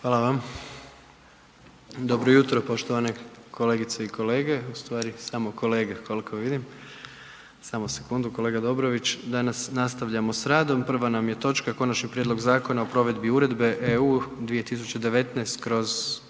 Hvala vam. Dobro jutro poštovane kolegice i kolege, ustvari samo kolege koliko vidim. Samo sekundu kolega Dobrović. Danas nastavljamo s radom. Prva nam je točka: - Konačni prijedlog Zakona o provedbi Uredbe EU 2019/1021